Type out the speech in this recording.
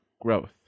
growth